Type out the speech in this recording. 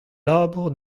labour